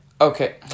Okay